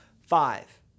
Five